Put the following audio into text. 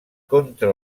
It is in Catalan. contra